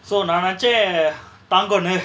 so நா நெனச்ச தாங்கோனு:na nenacha thaangonu